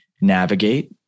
navigate